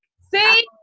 See